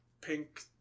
pink